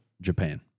Japan